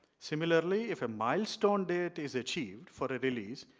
similarly f a milestone date is achieved fora release,